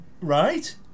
Right